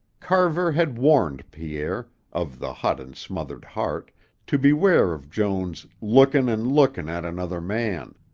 carver had warned pierre of the hot and smothered heart to beware of joan's lookin' an' lookin' at another man.